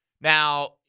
Now